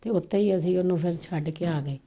ਅਤੇ ਉੱਥੇ ਹੀ ਅਸੀਂ ਉਹਨੂੰ ਫਿਰ ਛੱਡ ਕੇ ਆ ਗਏ